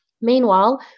Meanwhile